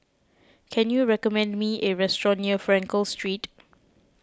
can you recommend me a restaurant near Frankel Street